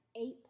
eight